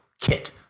kit